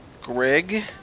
Greg